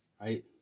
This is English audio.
right